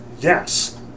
yes